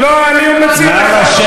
אני מציע לך.